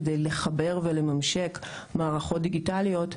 כדי לחבר ולממשק מערכות דיגיטליות,